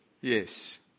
yes